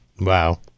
Wow